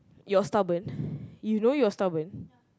you're stubborn you know you're stubborn